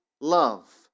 love